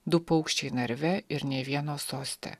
du paukščiai narve ir nė vieno soste